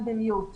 אני